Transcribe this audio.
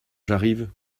j’arrive